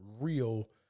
real